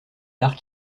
l’art